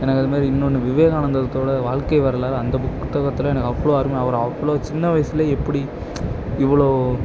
எனக்கு அது மாதிரி இன்னோன்னு விவேகானந்தத்தோட வாழ்க்கை வரலாறு அந்த புத்தகத்தில் எனக்கு அவ்வளோ அருமை அவர் அவ்வளோ சின்ன வயதுல எப்படி இவ்வளோ